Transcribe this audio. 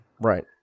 Right